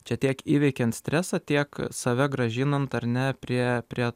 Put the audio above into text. čia tiek įveikiant stresą tiek save grąžinant ar ne prie prie